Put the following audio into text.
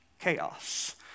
chaos